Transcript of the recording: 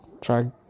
try